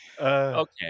Okay